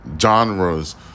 genres